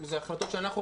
אלו החלטות שאנחנו,